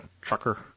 trucker